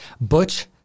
Butch